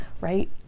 Right